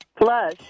Flush